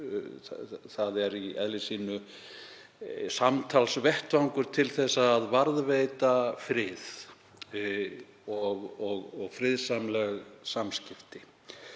ÖSE er í eðli sínu samtalsvettvangur til þess að varðveita frið og friðsamleg samskipti.